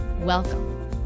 Welcome